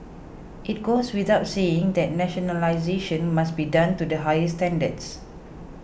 it goes without saying that nationalisation must be done to the highest standards